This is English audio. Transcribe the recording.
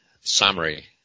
summary